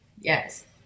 Yes